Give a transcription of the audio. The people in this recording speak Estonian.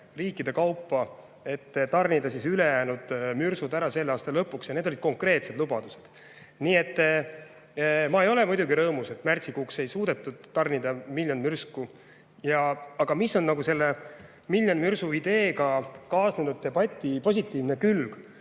riikide kaupa, et tarnida ülejäänud mürsud ära selle aasta lõpuks. Need olid konkreetsed lubadused. Ma ei ole muidugi rõõmus, et märtsikuuks ei suudetud tarnida miljonit mürsku. Aga selle miljoni mürsu ideega kaasnenud debati positiivne külg